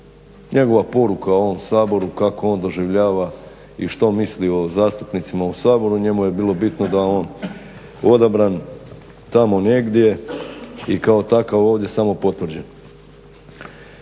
njegova poruka ovom Saboru kako on doživljava i što misli o zastupnicima u Saboru. Njemu je bilo bitno da je odabran tamo negdje i kao takav ovdje samo potvrđen.